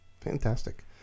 Fantastic